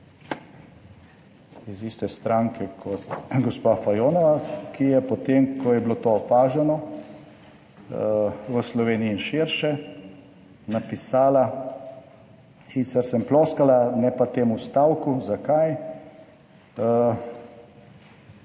iz iste stranke kot gospa Fajonova, ki je potem, ko je bilo to opaženo v Sloveniji in širše, napisala: »Sicer sem ploskala, ne pa temu stavku. Zakaj?